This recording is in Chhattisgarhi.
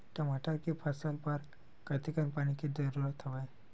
टमाटर के फसल बर कतेकन पानी के जरूरत हवय?